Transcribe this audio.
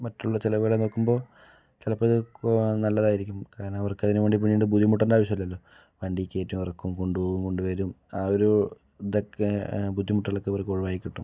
മറ്റുള്ള ചിലവുകളെ നോക്കുമ്പോൾ ചിലപ്പോൾ ഇത് കൂ നല്ലതായിരിക്കും കാരണം അവർക്ക് അതിന് വേണ്ടി പണിയെടുത്ത് ബുദ്ധിമുട്ടേണ്ട ആവിശ്യമില്ലലോ വണ്ടിയിൽ കയറ്റും ഇറക്കും കൊണ്ടുപോകും കൊണ്ടുവരും ആ ഒരു ഇതൊക്കെ ബുദ്ധിമുട്ടുകൾ ഒക്കെ ഇവർക്ക് ഒഴിവായി കിട്ടും